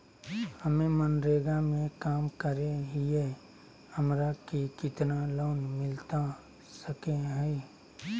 हमे मनरेगा में काम करे हियई, हमरा के कितना लोन मिलता सके हई?